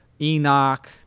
Enoch